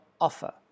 offer